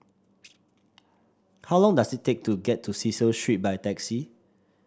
how long does it take to get to Cecil Street by taxi